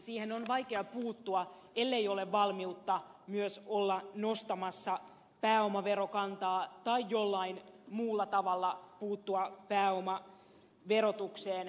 siihen on vaikea puuttua ellei ole valmiutta myös olla nostamassa pääomaverokantaa tai jollain muulla tavalla puuttua pääomaverotukseen